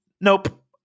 nope